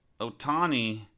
Otani